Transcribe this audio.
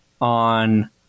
on